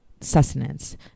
sustenance